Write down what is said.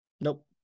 nope